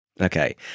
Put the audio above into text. Okay